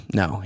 no